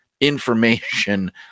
information